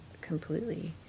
completely